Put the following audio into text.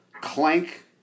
clank